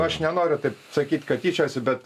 aš nenoriu taip sakyt kad tyčiojasi bet